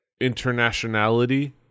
internationality